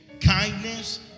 Kindness